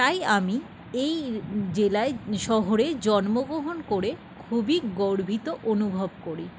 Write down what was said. তাই আমি এই জেলায় শহরে জন্মগ্রহণ করে খুবই গর্বিত অনুভব করি